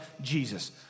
Jesus